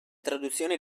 traduzioni